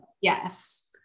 Yes